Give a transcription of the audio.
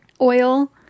Oil